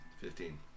Fifteen